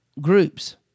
groups